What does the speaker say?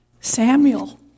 Samuel